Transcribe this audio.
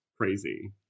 Crazy